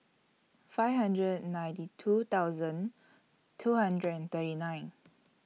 five hundred and ninety two thousand two hundred and thirty nine